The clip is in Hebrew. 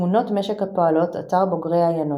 תמונות משק הפועלות, אתר בוגרי עיינות.